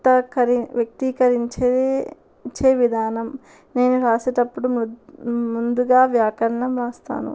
వ్యక్తీకరి వ్యక్తీకరించేే విధానం నేను రాసేటప్పుడు ము ముందుగా వ్యాకరణం రాస్తాను